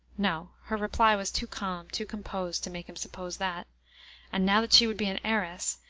no her reply was too calm, too composed to make him suppose that and now that she would be an heiress,